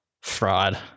fraud